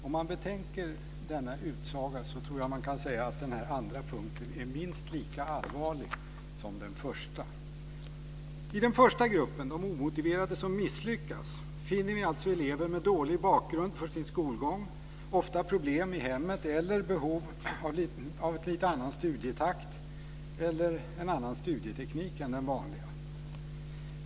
Om man betänker denna utsaga kan man säga att den här andra punkten är minst lika allvarlig som den första. I den första gruppen, de omotiverade som misslyckas, finner vi alltså elever med dålig bakgrund för sin skolgång, ofta med problem i hemmet eller behov av en annan studietakt eller en annan studieteknik än den vanliga.